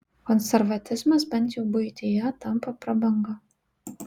konservatizmas bent jau buityje tampa prabanga